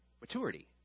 maturity